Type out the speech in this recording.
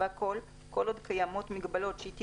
על כל חברות התעופה שמפעילות